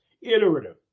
iterative